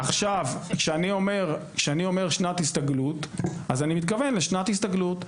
כשאני אומר שנת הסתגלות, אני מתכוון לשנת הסתגלות.